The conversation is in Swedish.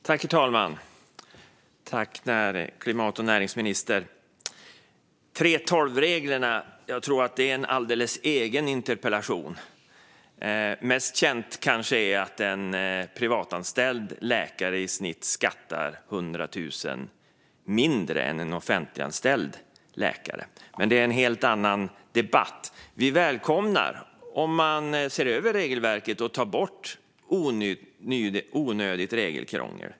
Herr talman! Tack, ministern! 3:12-reglerna tror jag förtjänar en alldeles egen interpellation. Mest känt är kanske att en privatanställd läkare skattar i snitt 100 000 kronor mindre än en offentliganställd. Men det är en helt annan debatt. Vi socialdemokrater välkomnar att man ser över regelverket och tar bort onödigt krångel.